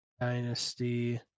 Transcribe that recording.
Dynasty